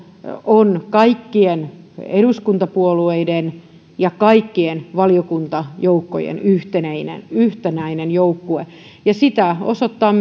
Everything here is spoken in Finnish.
on kaikkien eduskuntapuolueiden ja kaikkien valiokuntajoukkojen yhtenäinen yhtenäinen joukkue sitä osoittaa